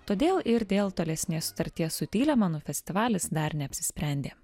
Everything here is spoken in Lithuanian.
todėl ir dėl tolesnės sutarties su tylemanu festivalis dar neapsisprendė